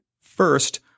first